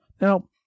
Now